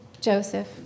Joseph